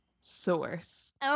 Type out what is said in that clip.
source